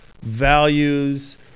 values